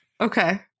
Okay